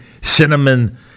cinnamon